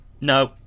No